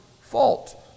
fault